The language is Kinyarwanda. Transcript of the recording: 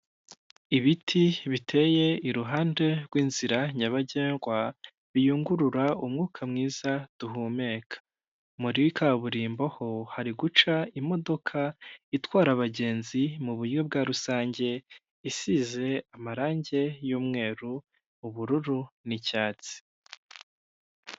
Ibiti biteye iruhande rw'inzira nyabagendwa, biyungurura umwuka mwiza duhumeka. Muri kaburimbo ho hari guca imodoka itwara abagenzi mu buryo bwa rusange, isize amarangi y'umweru, ubururu n'icyatsi.